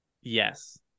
Yes